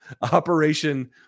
Operation